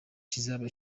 kizaba